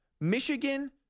Michigan